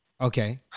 Okay